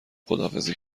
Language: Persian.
خداحافظی